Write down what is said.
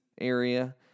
area